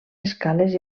escales